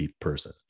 person